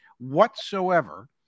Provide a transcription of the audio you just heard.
whatsoever